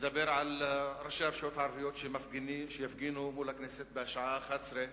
לדבר על ראשי הרשויות הערביות שיפגינו מול הכנסת בשעה 11:00,